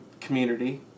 community